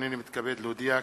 הנני מתכבד להודיע,